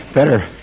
Better